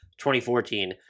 2014